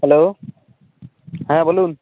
hello হ্যাঁ বলুন